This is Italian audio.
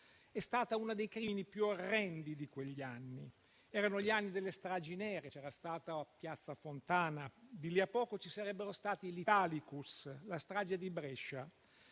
è stata uno dei crimini più orrendi di quegli anni. Erano gli anni delle stragi nere; c'era stata Piazza Fontana e, di lì a poco, ci sarebbero stati l'Italicus e la strage di Brescia.